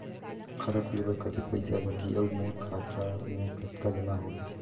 खाता खोले बर कतेक पइसा लगही? अउ मोर खाता मे कतका जमा होही?